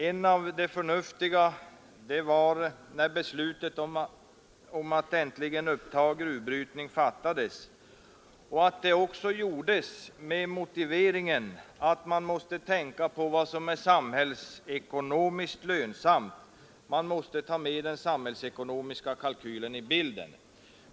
En av de förnuftigaste turerna var när beslutet fattades om att äntligen uppta gruvbrytning där och att detta gjordes med motiveringen att man också måste tänka på vad som är samhällsekonomiskt lönsamt, dvs. att man måste ta med den samhällsekonomiska kalkylen i bilden.